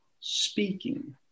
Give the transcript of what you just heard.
speaking